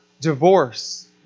divorce